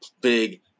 big